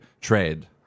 Trade